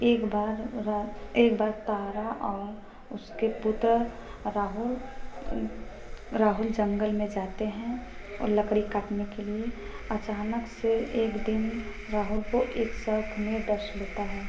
एक बार एक बार तारा और उसके पुत्र राहुल राहुल जंगल में जाते हैं और लकड़ी काटने के लिए अचानक से एक दिन राहुल को एक साँप ने डस लेता है